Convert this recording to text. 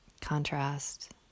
contrast